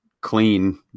clean